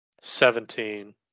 seventeen